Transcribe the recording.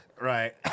right